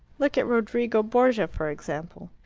look at rodrigo borgia, for example.